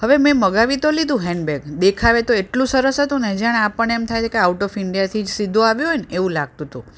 હવે મેં મગાવી તો લીધું હેન્ડબેગ દેખાવે તો એટલું સરસ હતું ને જાણે આપણને તો એમ થાય કે આઉટ ઓફ ઈંડિયાથી સીધું આવ્યું હોય ને એવું લાગતું હતું